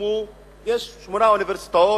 יש שמונה אוניברסיטאות.